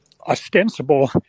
ostensible